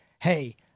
Hey